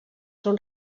són